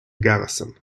garrison